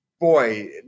boy